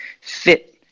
fit